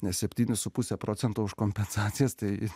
ne septynis su puse procento už kompensacijas tai